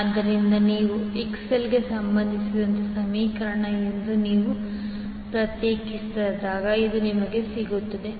ಆದ್ದರಿಂದ ನೀವು XL ಗೆ ಸಂಬಂಧಿಸಿದಂತೆ ಸಮೀಕರಣ ಎಂದು ನೀವು ಪ್ರತ್ಯೇಕಿಸಿದಾಗ ಇದು ನಿಮಗೆ ಸಿಗುತ್ತದೆ